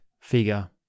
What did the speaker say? figure